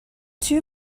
two